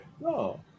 No